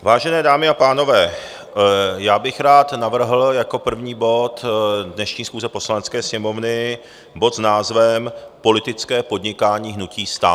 Vážené dámy a pánové, já bych rád navrhl jako první bod dnešní schůze Poslanecké sněmovny bod s názvem Politické podnikání hnutí STAN.